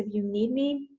you need me,